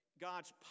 God's